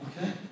Okay